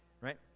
Right